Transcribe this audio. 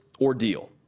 ordeal